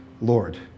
Lord